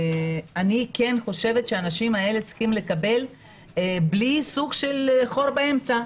אני חושבת שהאנשים האלה צריכים לקבל בלי סוג של חור באמצע.